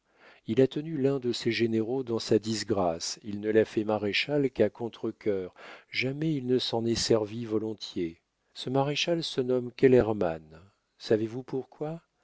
il a tenu l'un de ses généraux dans sa disgrâce il ne l'a fait maréchal qu'à contrecœur jamais il ne s'en est servi volontiers ce maréchal se nomme kellermann savez-vous pourquoi